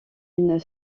une